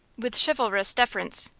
with chivalrous deference,